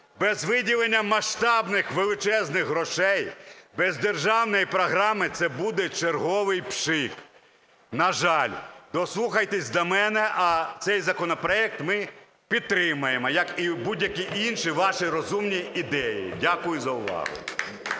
без виділення масштабних величезних грошей, без державної програми це буде черговий пшик, на жаль. Дослухайтесь до мене. А цей законопроект ми підтримуємо, як і будь-які інші ваші розумні ідеї. Дякую за увагу.